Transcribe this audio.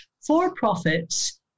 For-profits